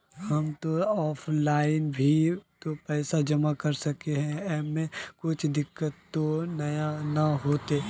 हम ते ऑफलाइन भी ते पैसा जमा कर सके है ऐमे कुछ दिक्कत ते नय न होते?